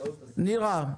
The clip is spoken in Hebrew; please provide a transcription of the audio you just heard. אתה